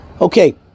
Okay